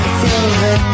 silver